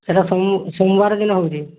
ସେଇଟା ସୋମବାର ଦିନ ହେଉଛି